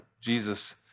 Jesus